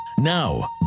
Now